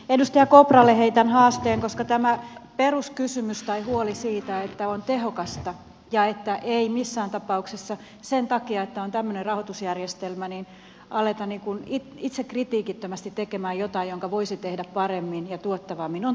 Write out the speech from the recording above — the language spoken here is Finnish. edustaja kopralle heitän haasteen koska tämä peruskysymys tai huoli siitä että on tehokasta ja että ei missään tapauksessa sen takia että on tämmöinen rahoitusjärjestelmä aleta itsekritiikittömästi tekemään jotain jonka voisi tehdä paremmin ja tuottavammin on tärkeä kysymys